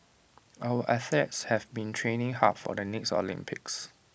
our athletes have been training hard for the next Olympics